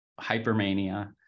hypermania